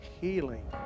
healing